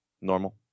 Normal